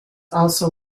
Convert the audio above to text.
also